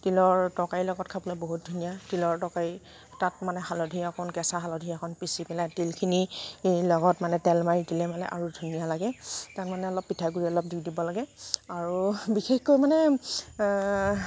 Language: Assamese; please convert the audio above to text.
তিলৰ তৰকাৰিৰ লগত খাবলে বহুত ধুনীয়া তিলৰ তৰকাৰি তাত মানে হালধী অকণ কেঁচা হালধী অকণ পিচি পেলাই তিলখিনিৰ লগত মানে তেল মাৰি দিলে মানে আৰু ধুনীয়া লাগে তাত মানে অলপ পিঠা গুড়ি অলপ দি দিব লাগে আৰু বিশেষকৈ মানে